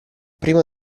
prima